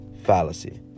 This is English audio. fallacy